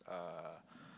uh